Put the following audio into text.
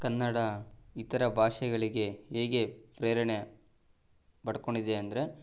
ಕನ್ನಡ ಇತರ ಭಾಷೆಗಳಿಗೆ ಹೇಗೆ ಪ್ರೇರಣೆ ಪಡ್ಕೊಂಡಿದೆ ಅಂದರೆ